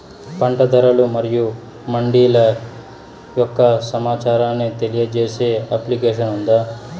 పంట ధరలు మరియు మండీల యొక్క సమాచారాన్ని తెలియజేసే అప్లికేషన్ ఉందా?